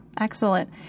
Excellent